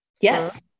Yes